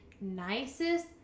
nicest